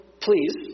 please